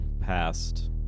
passed